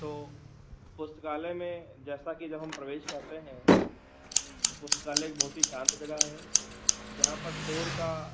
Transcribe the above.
तो पुस्तकालय में जैसा कि जब हम प्रवेश करते हैं तो पुस्तकालय एक बहुत ही शान्त जगह है जहाँ पर शोर का